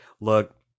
look